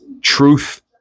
truth